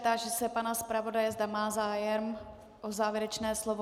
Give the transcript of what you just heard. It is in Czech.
Táži se pana zpravodaje, zda má zájem o závěrečné slovo.